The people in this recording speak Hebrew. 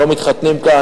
הם לא מתחתנים כאן.